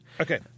Okay